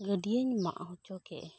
ᱜᱟᱹᱰᱤᱭᱟᱹᱧ ᱢᱟᱜ ᱦᱚᱪᱚ ᱠᱮᱜᱼᱟ